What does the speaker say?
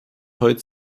heute